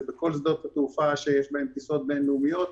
זה בכל שדות התעופה שיש בהם טיסות בינלאומיות,